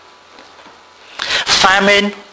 Famine